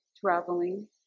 traveling